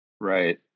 Right